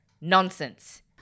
nonsense